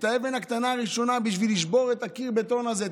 האבן הקטנה הראשונה בשביל לשבור את קיר הבטון הזה,